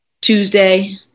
tuesday